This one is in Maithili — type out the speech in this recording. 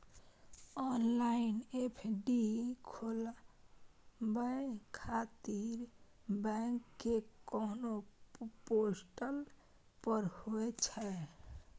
ऑनलाइन एफ.डी खोलाबय खातिर बैंक के कोन पोर्टल पर होए छै?